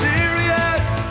Serious